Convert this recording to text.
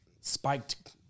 spiked